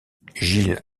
giles